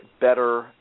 better